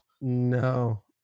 no